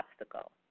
obstacle